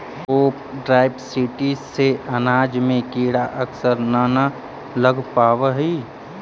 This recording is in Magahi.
क्रॉप डायवर्सिटी से अनाज में कीड़ा अक्सर न न लग पावऽ हइ